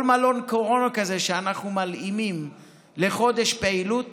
כל מלון קורונה כזה שאנחנו מלאימים לחודש פעילות